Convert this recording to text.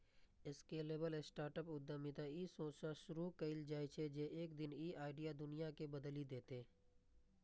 scalable startup उद्यमिता ई सोचसं शुरू कैल जाइ छै, जे एक दिन ई आइडिया दुनिया बदलि देतै